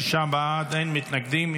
שישה בעד, אין מתנגדים.